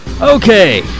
Okay